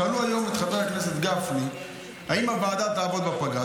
שאלו היום את חבר הכנסת גפני אם הוועדה תעבוד בפגרה.